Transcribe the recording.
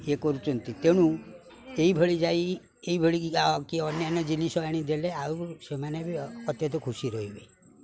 ଇଏ କରୁଛନ୍ତି ତେଣୁ ଏଇଭଳି ଯାଇ ଏଇଭଳି କି ଅନ୍ୟାନ୍ୟ ଜିନିଷ ଆଣିଦେଲେ ଆଉ ସେମାନେ ବି ଅତ୍ୟନ୍ତ ଖୁସି ରହିବେ